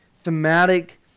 thematic